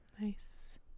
Nice